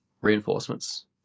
reinforcements